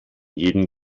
jeden